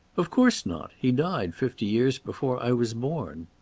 of course not. he died fifty years before i was born.